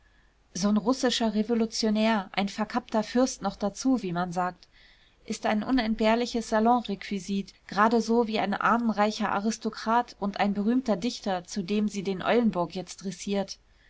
so'n russischer revolutionär ein verkappter fürst noch dazu wie man sagt ist ein unentbehrliches salonrequisit gerade so wie ein ahnenreicher aristokrat und ein berühmter dichter zu dem sie den eulenburg jetzt dressiert